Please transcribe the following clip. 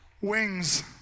Wings